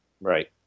Right